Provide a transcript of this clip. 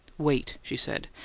wait, she said,